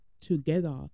together